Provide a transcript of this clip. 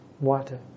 water